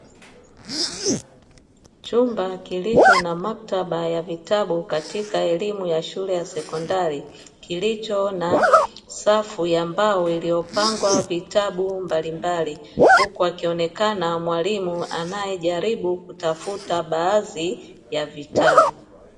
Chumba kilicho na maktaba ya vitabu katika elimu ya shule ya sekondari kilicho na safu ya mbao iliyopangwa vitabu mbalimbali, huku akionekana mwalimu anaejaribu kutafuta baadhi ya vitabu.